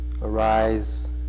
arise